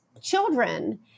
children